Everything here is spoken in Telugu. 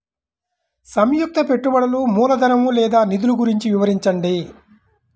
సంయుక్త పెట్టుబడులు మూలధనం లేదా నిధులు గురించి వివరించండి?